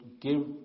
give